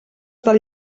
del